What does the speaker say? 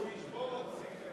הוא ישבור עוד שיא.